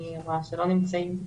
אני רואה שלא נמצאים.